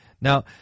Now